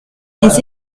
les